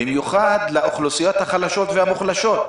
במיוחד לאוכלוסיות החלשות והמוחלשות.